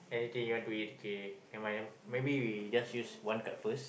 anything you want to eat okay never mind then maybe we use one card first